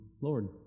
Lord